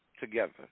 together